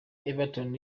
everton